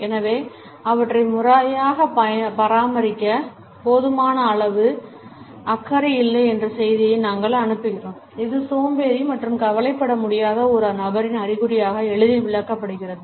எனவே அவற்றை முறையாக பராமரிக்க போதுமான அளவு அக்கறை இல்லை என்ற செய்தியை நாங்கள் அனுப்புகிறோம் இது சோம்பேறி மற்றும் கவலைப்பட முடியாத ஒரு நபரின் அறிகுறியாக எளிதில் விளக்கப்படுகிறது